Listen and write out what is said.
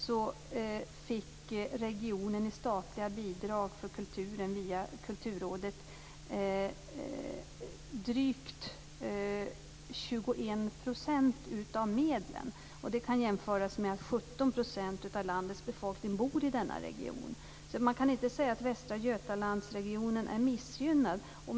Då fick regionen i statliga bidrag för kulturen via Kulturrådet drygt 21 % av medlen. Det kan jämföras med att 17 % av landets befolkning bor i denna region. Så man kan inte säga att regionen Västra Götaland är missgynnad.